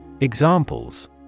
Examples